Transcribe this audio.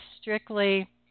strictly